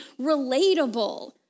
relatable